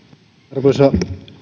arvoisa